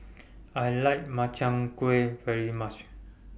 I like Makchang Gui very much